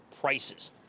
prices